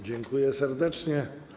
Dziękuję serdecznie.